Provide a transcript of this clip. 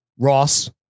Ross